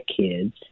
kids